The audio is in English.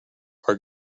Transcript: are